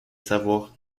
savoir